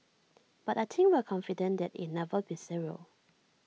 but I think we're confident that it'll never be zero